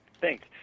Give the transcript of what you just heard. Thanks